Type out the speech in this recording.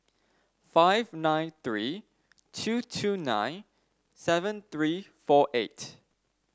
five nine three two two nine seven three four eight